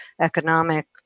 economic